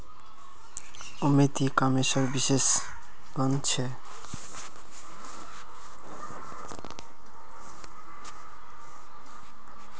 Amit e कॉमर्सेर विशेषज्ञ छे